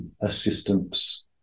Assistance